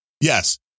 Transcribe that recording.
Yes